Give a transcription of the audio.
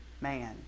man